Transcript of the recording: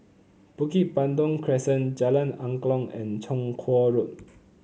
Bukit Batok Crescent Jalan Angklong and Chong Kuo Road